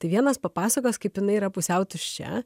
tai vienas papasakos kaip jinai yra pusiau tuščia